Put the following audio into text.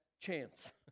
chance